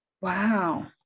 Wow